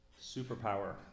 superpower